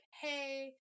hey